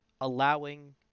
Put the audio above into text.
allowing